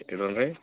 ಇಡೋಣ ರೀ